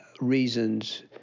reasons